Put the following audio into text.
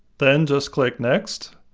then, just click next.